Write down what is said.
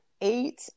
eight